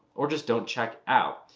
or just don't check out.